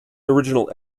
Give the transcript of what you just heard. original